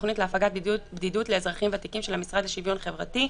בתוכנית להפגת בדידות לאזרחים ותיקים של המשרד לשוויון חברתי,